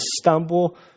stumble